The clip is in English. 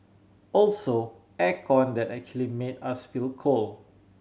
also air con that actually made us feel cold